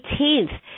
18th